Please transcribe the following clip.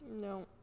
No